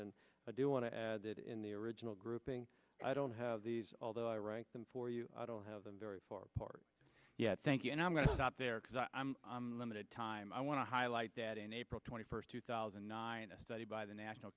and i do want to add that in the original grouping i don't have these although i rank them for you i don't have them very far apart yet thank you and i'm going to stop there because i'm limited time i want to highlight that in april twenty first two thousand and nine a study by the national